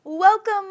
Welcome